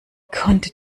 konnte